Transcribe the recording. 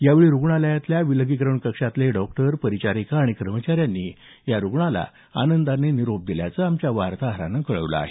यावेळी रुग्णालयातील विलगीकरण कक्षातील डॉक्टर परिचारिका आणि कर्मचाऱ्यांनी या रूग्णास आनंदाने निरोप दिल्याच आमच्या वार्ताहरानं कळवलं आहे